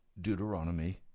Deuteronomy